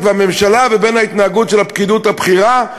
והממשלה לבין ההתנהגות של הפקידות הבכירה,